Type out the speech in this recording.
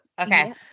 Okay